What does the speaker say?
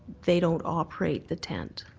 they don't operate the tent.